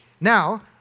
Now